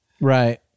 Right